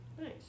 Nice